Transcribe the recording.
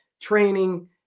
training